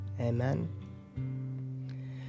Amen